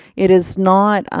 it is not,